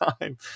time